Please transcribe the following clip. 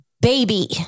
baby